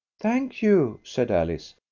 thank you, said alice.